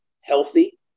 healthy